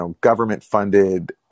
government-funded